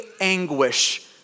anguish